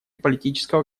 политического